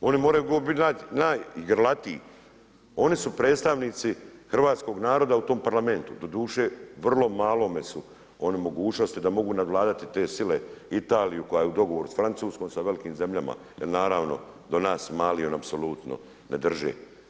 Oni moraju biti najgrlatiji, oni su predstavnici hrvatskog naroda u tom parlamentu, doduše vrlo malome su oni u mogućnosti da mogu nadvladati te sile, Italiju koja je u dogovoru sa Francuskom, sa velikim zemljama, jer naravno, do nas mali apsolutno ne drže.